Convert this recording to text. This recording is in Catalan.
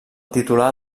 titular